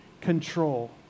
control